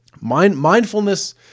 mindfulness